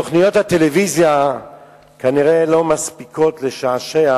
תוכניות הטלוויזיה כנראה לא מספיקות לשעשע